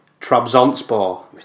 Trabzonspor